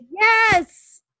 Yes